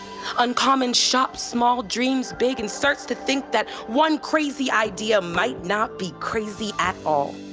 uncommon shops small, dreams big and starts to think that one crazy idea might not be crazy at all.